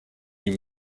you